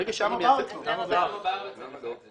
למה בארץ אתה לא מבצע את זה?